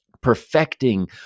perfecting